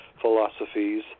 philosophies